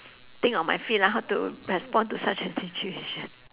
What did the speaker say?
think on my feet lah how to respond to such a situation